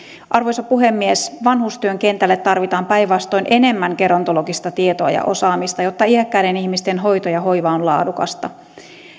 arvoisa puhemies vanhustyön kentälle tarvitaan päinvastoin enemmän gerontologista tietoa ja osaamista jotta iäkkäiden ihmisten hoito ja hoiva on laadukasta